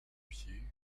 pieds